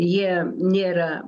jie nėra